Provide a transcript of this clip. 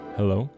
Hello